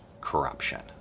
corruption